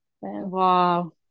wow